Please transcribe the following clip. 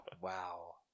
Wow